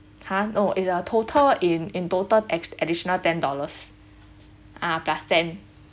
!huh! no is a total in in total add~ additional ten dollars ah plus ten